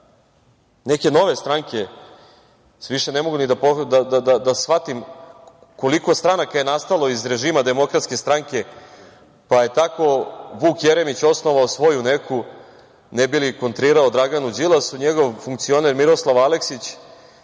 neke nove stranke, više ne mogu da shvatim koliko je stranaka nastalo iz režima DS, pa je tako Vuk Jeremić osnovao svoju neku, ne bi li kontrirao Draganu Đilasu, njegov funkcioner Miroslav Aleksić